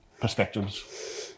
perspectives